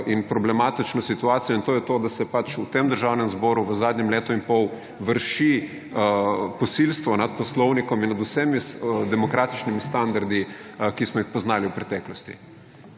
in problematično situacijo in to je to, da se pač v tem Državnem zboru v zadnjem letu in pol vrši posilstvo nad poslovnikom in nad vsemi demokratičnimi standardi, ki smo jih poznali v preteklosti.